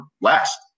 last